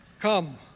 Come